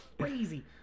crazy